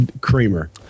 creamer